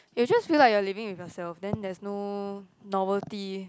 you just feel like your living with yourself then that's no novelty